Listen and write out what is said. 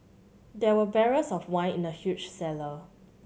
there were barrels of wine in the huge cellar